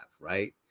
Right